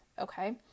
okay